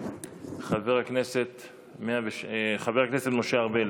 של חבר הכנסת משה ארבל.